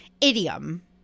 Idiom